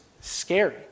scary